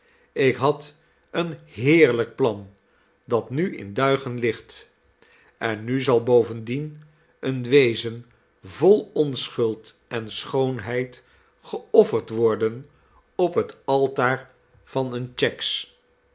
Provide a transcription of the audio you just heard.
ik had een heerlijk plan dat nu in duigen ligt en nu zal bovendien een wezen vol onschuld en schoonheid ge offerd worden op het altaar van een cheggs